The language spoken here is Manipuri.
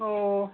ꯑꯣ